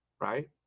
right